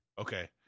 Okay